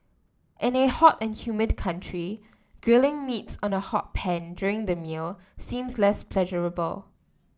in a hot and humid country grilling meats on a hot pan during the meal seems less pleasurable